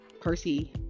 Percy